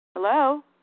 Hello